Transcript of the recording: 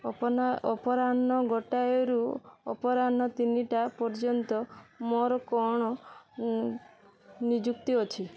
ଅପନା ଅପରାହ୍ନ ଗୋଟାଏରୁ ଅପରାହ୍ନ ତିନିଟା ପର୍ଯ୍ୟନ୍ତ ମୋର କ'ଣ ନିଯୁକ୍ତି ଅଛି